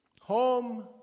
Home